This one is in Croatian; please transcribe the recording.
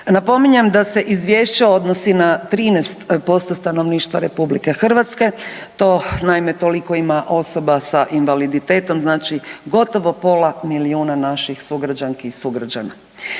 Napominjem da se izvješće odnosi na 13% stanovništva RH, to naime toliko ima osoba sa invaliditetom, znači gotovo pola milijuna naših sugrađanki i sugrađana.